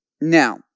Now